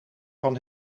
van